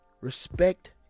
Respect